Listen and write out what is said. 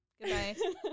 Goodbye